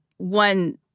One